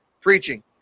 preaching